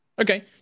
Okay